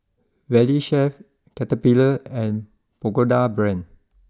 Valley Chef Caterpillar and Pagoda Brand